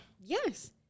yes